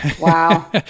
Wow